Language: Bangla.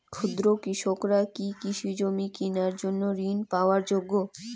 ক্ষুদ্র কৃষকরা কি কৃষিজমি কিনার জন্য ঋণ পাওয়ার যোগ্য?